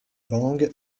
bang